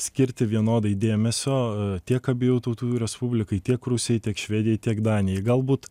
skirti vienodai dėmesio tiek abiejų tautų respublikai tiek rusijai tiek švedijai tiek danijai galbūt